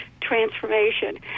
transformation